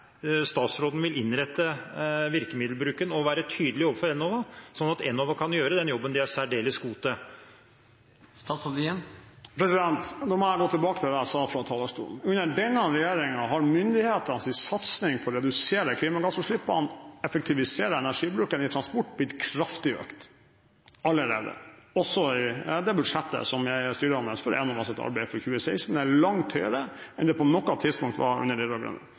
statsråden vil innrette virkemiddelbruken og være tydelig overfor Enova, slik at Enova kan gjøre den jobben de er særdeles god til? Nå må jeg gå tilbake til det jeg sa fra talerstolen. Under denne regjeringen har myndighetenes satsing på å redusere klimagassutslippene og effektivisere energibruken innenfor transport blitt kraftig økt allerede. Også i det budsjettet som er styrende for Enovas arbeid i 2016, er det langt høyere enn det på noe tidspunkt var under